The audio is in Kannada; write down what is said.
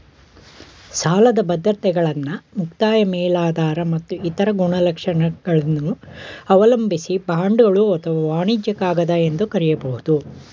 ಸಾಲದ ಬದ್ರತೆಗಳನ್ನ ಮುಕ್ತಾಯ ಮೇಲಾಧಾರ ಮತ್ತು ಇತರ ಗುಣಲಕ್ಷಣಗಳನ್ನ ಅವಲಂಬಿಸಿ ಬಾಂಡ್ಗಳು ಅಥವಾ ವಾಣಿಜ್ಯ ಕಾಗದ ಎಂದು ಕರೆಯಬಹುದು